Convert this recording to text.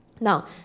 Now